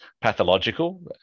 pathological